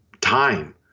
time